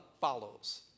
follows